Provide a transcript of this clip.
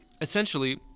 essentially